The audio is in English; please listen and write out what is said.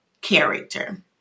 character